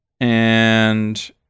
and-